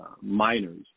minors